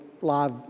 live